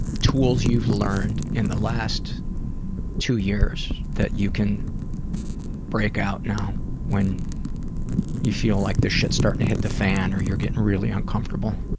tools you've learned in the last two years that you can break out now when you feel like the shit's starting to hit the fan or you're getting really uncomfortable.